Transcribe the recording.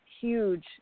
huge